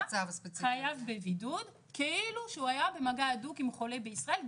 חייב בבידוד כאילו שהוא היה במגע הדוק עם חולה בישראל,